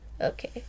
Okay